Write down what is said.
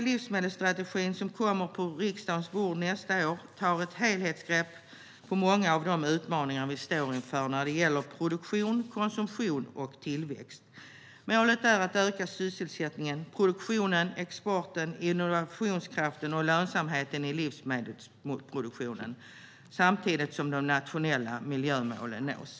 Livsmedelsstrategin, som kommer på riksdagens bord nästa år, tar ett helhetsgrepp på många av de utmaningar vi står inför när det gäller produktion, konsumtion och tillväxt. Målet är att öka sysselsättningen, produktionen, exporten, innovationskraften och lönsamheten i livsmedelsproduktionen samtidigt som de nationella miljömålen nås.